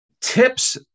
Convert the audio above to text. tips